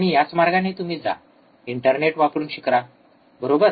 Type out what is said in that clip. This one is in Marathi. आणि याच मार्गाने तुम्ही जा आणि इंटरनेट वापरून शिका बरोबर